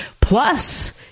plus